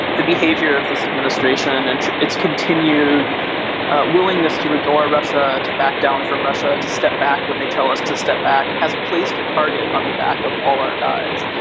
the behavior of this administration and its continued willingness to ignore russia, to back down from russia, to step back when they tell us to step back, has placed a target on the back of all our guys.